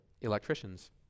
electricians